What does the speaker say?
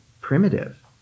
primitive